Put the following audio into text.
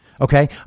Okay